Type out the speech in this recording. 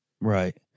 right